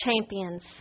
champions